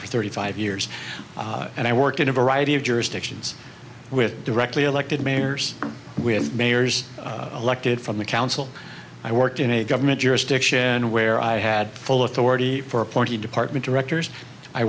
for thirty five years and i work in a variety of jurisdictions with direct we elected mayors we had mayors elected from the council i worked in a government jurisdiction where i had full authority for appointee department directors i